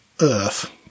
earth